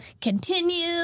continue